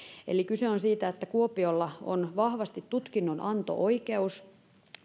eli kyse on siitä että kuopiolla on vahvasti tutkinnonanto oikeus